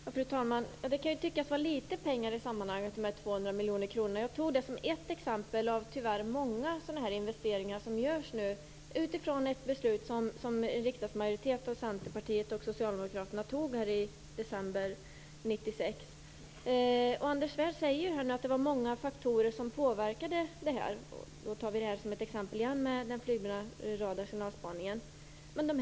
Fru talman! Det kan tyckas som om de 200 miljonerna är litet pengar i sammanhanget. Jag tog det som ett exempel av tyvärr många sådana här investeringar som görs nu utifrån ett beslut som en riksdagsmajoritet bestående av Centerpartiet och Socialdemokraterna fattade i december 1996. Anders Svärd säger att det var många faktorer som påverkade det här. Vi tar då återigen den flygburna radar och signalspaningen som exempel.